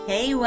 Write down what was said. Hey